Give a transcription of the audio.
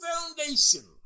foundation